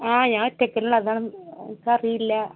ആ ഞാൻ ഒറ്റയ്ക്കല്ല അതാണ് എനിക്കറിയില്ല